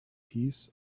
piece